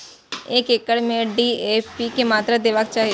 एक एकड़ में डी.ए.पी के मात्रा देबाक चाही?